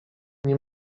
nie